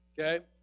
Okay